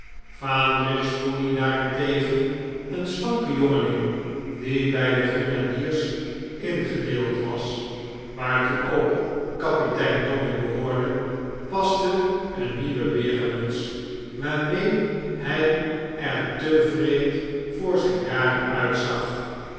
vaandrig spooney daarcntegen een slanke jongeling die bij de grenadiers ingedeeld was waartoe ook kapitein dobbin behoorde paste een nieuwe berenmuts waarmee hij er te wreed voor zijn jaren uitzag